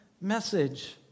message